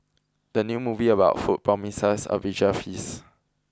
the new movie about food promises a visual feast